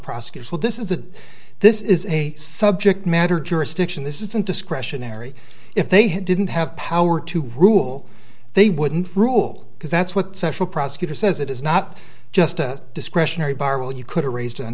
prosecutors will this is a this is a subject matter jurisdiction this isn't discretionary if they didn't have power to rule they wouldn't rule because that's what social prosecutor says it is not just a discretionary barwell you could have raised